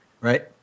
Right